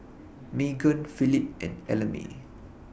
Meghan Phillip and Ellamae